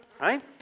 Right